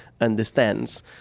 understands